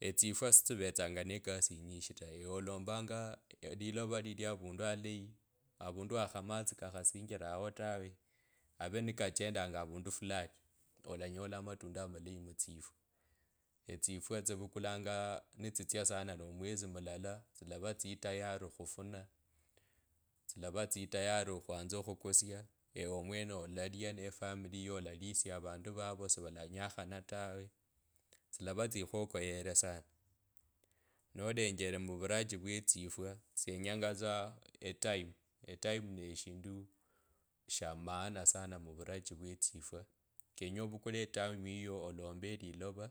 Etsifwa sitsivesanga nekesa yinyishi taa. olumbange elilovo lilwo avundu avulayi avundu wakhs amatsi kakhasingilao tawe ave nikachendanga avundu flati olanyola amatunda amakeyi mutsifwa. Tsifwa tsivukulanga aa nitsitsta sana no omwesi mulala tsilava tsitayari khufuna tsilava tsitayari okhwanza okhufuna ewe omwene olalia nefami yeuwo alalisya avandu vavo sivalanyakhana tawe tsilava tdikhokoyere sana nolenjele muvuranji vee tsifwa tsyenyanga tsa etime etime neshindu sha maana sana muvuranji vee tsifwa kenye ovukule etime yiyo olombe lilova